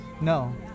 No